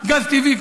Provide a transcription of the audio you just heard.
גז טבעי,